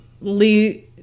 Lee